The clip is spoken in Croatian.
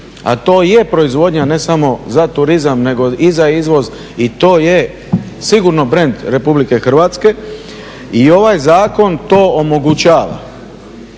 a to je proizvodnja ne samo za turizam nego i za izvoz i to je sigurno brend Republike Hrvatske i ovaj zakon to omogućava,